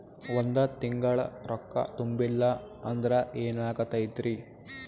ಒಂದ ತಿಂಗಳ ರೊಕ್ಕ ತುಂಬಿಲ್ಲ ಅಂದ್ರ ಎನಾಗತೈತ್ರಿ?